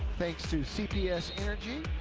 thanks to cps energy.